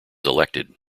elected